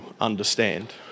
understand